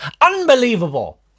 Unbelievable